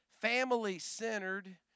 family-centered